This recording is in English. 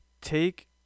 take